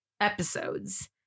episodes